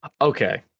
Okay